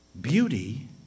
beauty